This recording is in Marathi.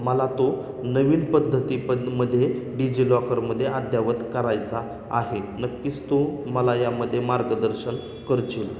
मला तो नवीन पद्धती प मध्ये डिजिलॉकरमध्ये अद्ययावत करायचा आहे नक्कीच तू मला यामध्ये मार्गदर्शन करशील